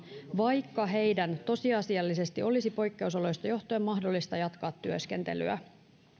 vaikka heidän tosiasiallisesti olisi poikkeusoloista johtuen mahdollista jatkaa työskentelyä